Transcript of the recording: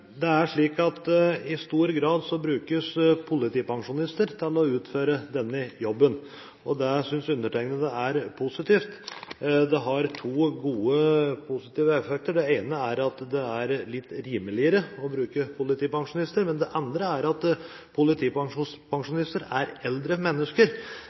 Det er slik at det i stor grad blir brukt politipensjonister til å utføre denne jobben. Det synes undertegnede er positivt. Det har to gode, positive effekter. Den ene er at det er litt rimeligere å bruke politipensjonister, og det andre er at politipensjonister er eldre mennesker